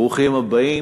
ברוכים הבאים.